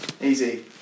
Easy